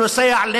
ציפי,